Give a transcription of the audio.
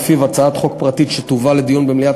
שלפיו "הצעת חוק פרטית שתובא לדיון במליאת